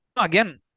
again